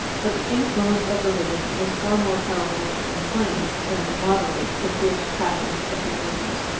but the influence of religion was far more powerful to inflame, than to moderate, the fierce passions of the germans.